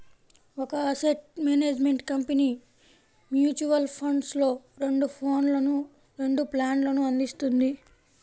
ఒక asset management company mutual ఫండ్స్లో రెండు ప్లాన్లను అందిస్తుంది